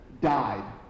died